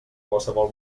qualsevol